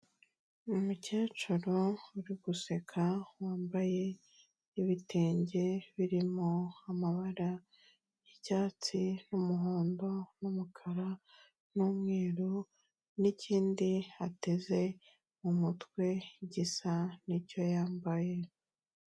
Umukecuru uri guseka wambaye ibitenge birimo amabara y'icyatsi, umuhondo n'umukara n'umweru n'ikindi ateze mu mutwe gisa n'icyo yambaye.